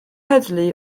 heddlu